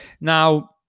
Now